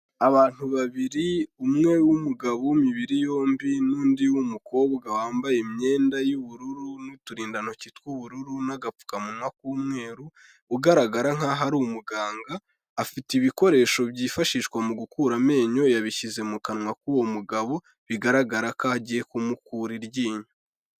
Abantu babiri umwe w'umugabo w'imibiri yombi, n'undi w'umukobwa wambaye imyenda y'ubururu n'uturindantoki tw'ubururu n'agapfukamunwa k'umweru, ugaragara nk'aho ari umuganga, afite ibikoresho byifashishwa mu gukura amenyo yabishyize mu kanwa k'uwo mugabo, bigaragara ko agiye kumukura iryinyo.